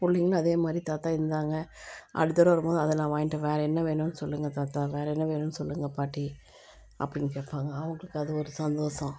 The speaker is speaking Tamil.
பிள்ளைங்களும் அதேமாதிரி தாத்தா இந்தாங்க அடுத்த தர வரும்போது அதை நான் வாங்கிட்டு வரேன் வேறே என்ன வேணும் சொல்லுங்கள் தாத்தா வேறே என்ன வேணுன்னு சொல்லுங்கள் பாட்டி அப்படின்னு கேட்பாங்க அவங்களுக்கு அது ஒரு சந்தோஷம்